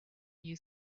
new